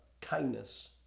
kindness